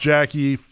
Jackie